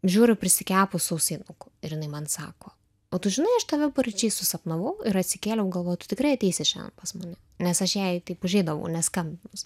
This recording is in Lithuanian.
žiūriu prisikepus sausainukų ir jinai man sako o tu žinai aš tave paryčiais susapnavau ir atsikėliau galvojau tu tikrai ateisi šian pas mane nes aš jai taip užeidavau neskambinus